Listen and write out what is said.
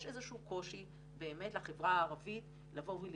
יש איזשהו קושי באמת לחברה הערבית לבוא ולהתלונן.